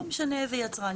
לא משנה איזה יצרן,